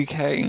UK